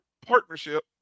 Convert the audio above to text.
partnership